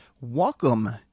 welcome